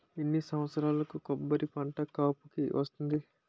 ఎన్ని సంవత్సరాలకు కొబ్బరి పంట కాపుకి వస్తుంది?